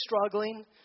struggling